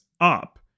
up